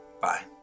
bye